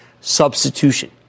Substitution